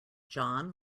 john